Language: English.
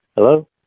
Hello